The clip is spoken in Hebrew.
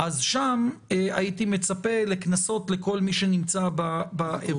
שם הייתי מצפה לקנסות לכל מי שנמצא באירוע.